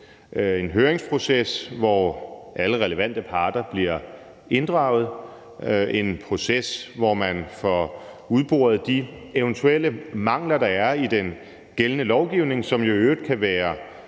en høringsproces, hvor alle relevante parter bliver inddraget; en proces, hvor man får udboret de eventuelle mangler, der er i den gældende lovgivning, som jo i øvrigt kan være